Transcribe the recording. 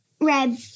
red